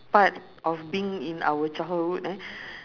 part of being in our childhood eh